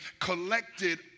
collected